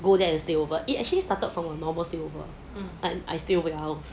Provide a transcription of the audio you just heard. go there and stay over eh it actually started from a normal stay over like I stay over at their house